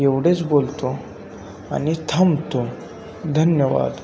एवढेच बोलतो आणि थांबतो धन्यवाद